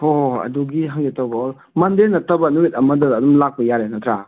ꯍꯣꯏ ꯍꯣꯏ ꯍꯣꯏ ꯑꯗꯨꯒꯤ ꯍꯪꯒꯦ ꯇꯧꯕ ꯑꯣ ꯃꯟꯗꯦ ꯅꯠꯇꯕ ꯅꯨꯃꯤꯠ ꯑꯃꯗ ꯑꯗꯨꯝ ꯂꯥꯛꯄ ꯌꯥꯔꯦ ꯅꯠꯇ꯭ꯔꯥ